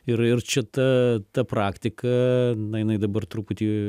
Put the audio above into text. ir ir čita ta praktika na jinai dabar truputį